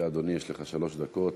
בבקשה, אדוני, יש לך שלוש דקות.